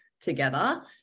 together